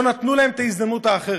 לא נתנו להן הזדמנות אחרת,